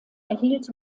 erhielt